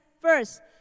First